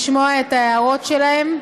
לשמוע את ההערות שלהם,